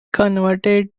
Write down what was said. converted